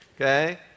okay